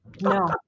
No